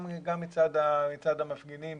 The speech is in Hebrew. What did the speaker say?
גם מצד המפגינים